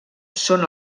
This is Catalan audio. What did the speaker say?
són